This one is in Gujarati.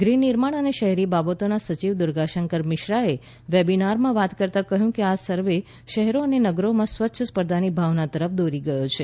ગૃહનિર્માણ અને શહેરી બાબતોના સચિવ દુર્ગાશંકર મિશ્રાએ વેબિનારમાં વાત કરતાં કહ્યું કે આ સર્વે શહેરો અને નગરોમાં સ્વસ્થ સ્પર્ધાની ભાવના તરફ દોરી ગયો છે